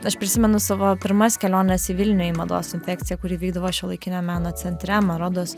aš prisimenu savo pirmas keliones į vilnių į mados infekciją kuri vykdavo šiuolaikinio meno centre man rodos